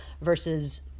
versus